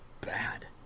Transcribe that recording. bad